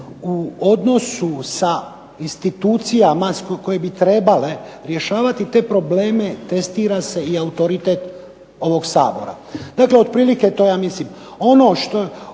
u odnosu sa institucijama koje bi trebale rješavati te probleme testira se i autoritet ovog Sabora. Dakle, otprilike to ja mislim ono što